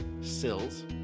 Sills